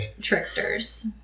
tricksters